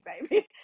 baby